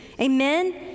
Amen